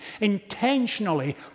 intentionally